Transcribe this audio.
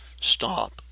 Stop